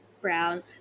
Brown